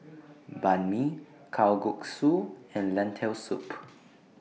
Banh MI Kalguksu and Lentil Soup